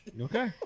okay